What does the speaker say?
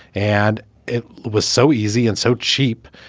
and it was so easy and so cheap.